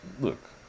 look